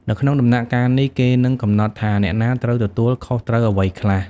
នៅក្នុងដំណាក់កាលនេះ គេនឹងកំណត់ថាអ្នកណាត្រូវទទួលខុសត្រូវអ្វីខ្លះ។